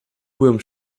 byłem